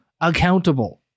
accountable